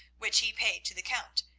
which he paid to the count,